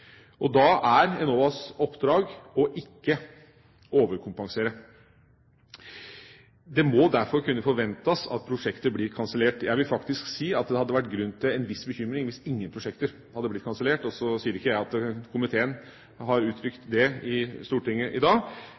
Da er Enovas oppdrag å ikke overkompensere. Det må derfor kunne forventes at prosjekter blir kansellert. Jeg vil faktisk si at det hadde vært grunn til en viss bekymring hvis ingen prosjekter hadde blitt kansellert – og så sier ikke jeg at komiteen har uttrykt det i Stortinget i dag.